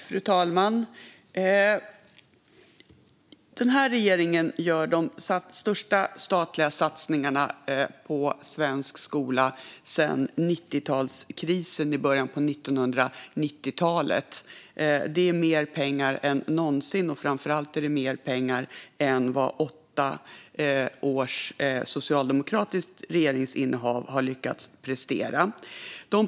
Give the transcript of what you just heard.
Fru talman! Den här regeringen gör de största statliga satsningarna på svensk skola sedan krisen i början på 1990-talet. Det handlar om mer pengar än någonsin och framför allt mer pengar än vad åtta års socialdemokratiskt regeringsinnehav lyckades prestera.